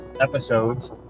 episodes